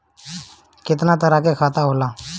केतना तरह के खाता होला?